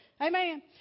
Amen